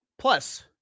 Plus